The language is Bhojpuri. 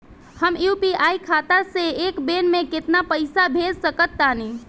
हम यू.पी.आई खाता से एक बेर म केतना पइसा भेज सकऽ तानि?